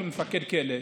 כל מפקד כלא,